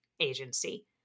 agency